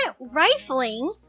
rifling